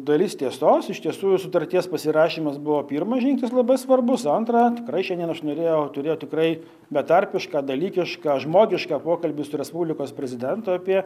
dalis tiesos iš tiesų sutarties pasirašymas buvo pirmas žingsnis labai svarbus antra tikrai šiandien aš norėjau turėjau tikrai betarpišką dalykišką žmogišką pokalbį su respublikos prezidentu apie